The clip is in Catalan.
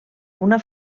una